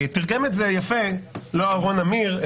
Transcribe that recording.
תרגם את זה יפה לא אהרן אמיר,